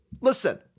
listen